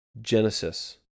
Genesis